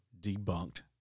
debunked